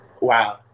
Wow